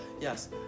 Yes